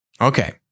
Okay